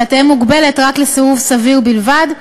אלא תהא מוגבלת רק לסירוב סביר בלבד,